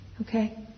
Okay